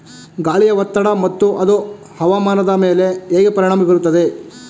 ಗಾಳಿಯ ಒತ್ತಡ ಮತ್ತು ಅದು ಹವಾಮಾನದ ಮೇಲೆ ಹೇಗೆ ಪರಿಣಾಮ ಬೀರುತ್ತದೆ?